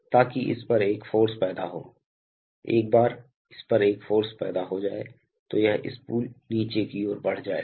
ताकि इस पर एक फ़ोर्स पैदा हो एक बार इस पर एक फ़ोर्स पैदा हो जाए तो यह स्पूल नीचे की ओर बढ़ जाएगा